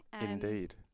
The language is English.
Indeed